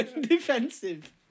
Defensive